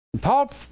Paul